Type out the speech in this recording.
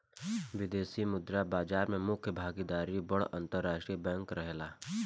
विदेशी मुद्रा बाजार में मुख्य भागीदार बड़ अंतरराष्ट्रीय बैंक रहेला